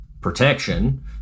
protection